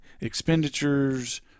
expenditures